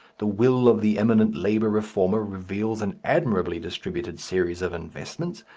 the will of the eminent labour reformer reveals an admirably distributed series of investments,